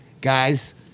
guys